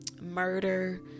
murder